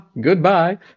goodbye